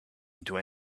into